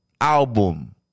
album